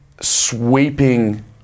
sweeping